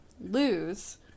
lose